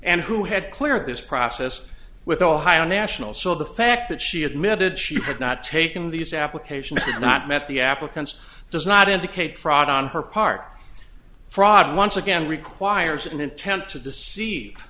and who had clear this process with ohio national so the fact that she admitted she had not taken these applications are not met the applicants does not indicate fraud on her part fraud once again requires an intent to deceive